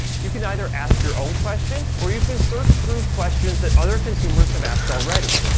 you can either ask your own question, or you can search through questions that other consumers have asked already.